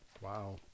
Wow